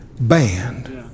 band